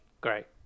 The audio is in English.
Great